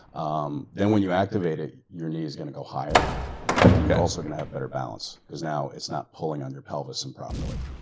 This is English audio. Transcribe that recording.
um then when you activate it, your knee is going to go higher, and you're also going to have better balance, because now it's not pulling on your pelvis improperly.